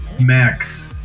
Max